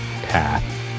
path